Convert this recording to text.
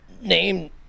name